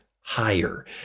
higher